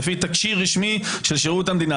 לפי תקשי"ר רשמי של שירות המדינה.